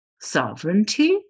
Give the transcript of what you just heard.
Sovereignty